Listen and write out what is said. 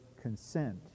consent